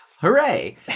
Hooray